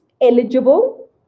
eligible